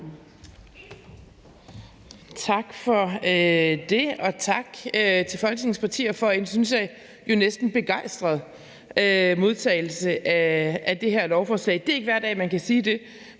Tak for det, og tak til Folketingets partier for en jo næsten begejstret modtagelse af det her lovforslag. Det er ikke hver dag, man kan sige det,